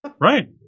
right